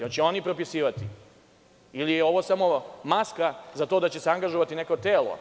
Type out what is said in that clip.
Hoće li oni propisivati ili je ovo samo maska za to da će se angažovati neko telo?